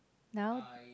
now